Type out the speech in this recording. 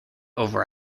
over